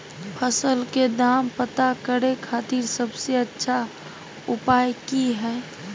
फसल के दाम पता करे खातिर सबसे अच्छा उपाय की हय?